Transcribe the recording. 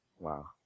Wow